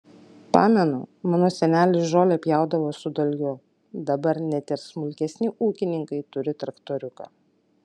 pamenu mano senelis žolę pjaudavo su dalgiu dabar net ir smulkesni ūkininkai turi traktoriuką